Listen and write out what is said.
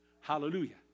Hallelujah